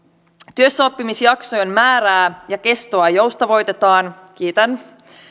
työssäoppimisjaksojen määrää ja kestoa joustavoitetaan